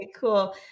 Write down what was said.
cool